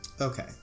okay